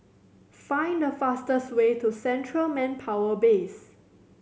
find the fastest way to Central Manpower Base